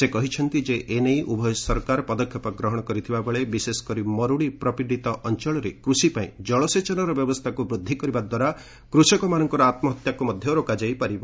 ସେ କହିଛନ୍ତି ଯେ ଏ ନେଇ ଉଭୟ ସରକାର ପଦକ୍ଷେପ ଗ୍ରହଣ କରିଥିବା ବେଳେ ବିଶେଷକରି ମର୍ତ୍ଡି ପ୍ରପୀଡ଼ିତ ଅଞ୍ଚଳରେ କୂଷି ପାଇଁ ଜଳସେଚନର ବ୍ୟବସ୍ଥାକୁ ବୃଦ୍ଧି କରିବା ଦ୍ୱାରା କୃଷକମାନଙ୍କର ଆତ୍ମହତ୍ୟାକୁ ମଧ୍ୟ ରୋକାଯାଇ ପାରିବ